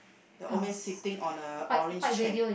the old man sitting on a orange chair